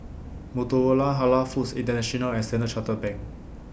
Motorola Halal Foods International and Standard Chartered Bank